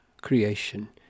creation